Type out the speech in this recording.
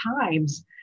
times